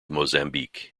mozambique